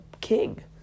king